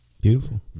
Beautiful